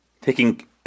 taking